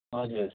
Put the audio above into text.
हजुर